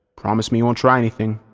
promise me you won't try anything.